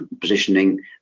positioning